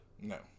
No